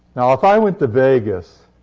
now, if i went to vegas,